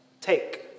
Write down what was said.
take